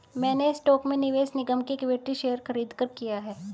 मैंने स्टॉक में निवेश निगम के इक्विटी शेयर खरीदकर किया है